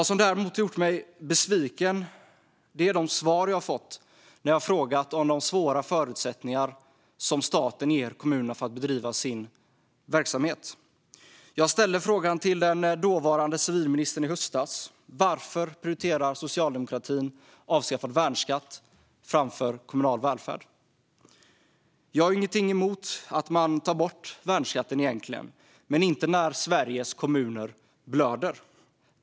Det som har gjort mig besviken är de svar jag har fått när jag har frågat om de svåra förutsättningar som staten ger kommunerna för att bedriva sina verksamheter. Jag frågade i höstas dåvarande civilministern: Varför prioriterar socialdemokratin avskaffad värnskatt framför kommunal välfärd? Jag har egentligen inget emot att man tar bort värnskatten. Men det ska inte göras när Sveriges kommuner blöder.